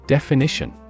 Definition